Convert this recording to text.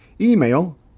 email